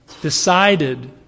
decided